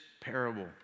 parable